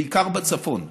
בעיקר בצפון.